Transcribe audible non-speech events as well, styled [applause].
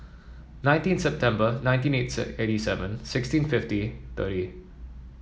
nineteen September nineteen [unintelligible] eighty seven sixteen fifty thirty